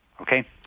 Okay